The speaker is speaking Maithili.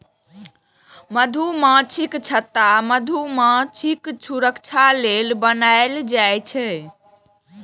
मधुमाछीक छत्ता मधुमाछीक सुरक्षा लेल बनाएल जाइ छै